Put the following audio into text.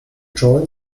join